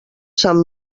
sant